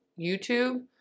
YouTube